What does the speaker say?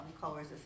colors